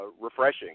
refreshing